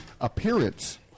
appearance